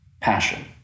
passion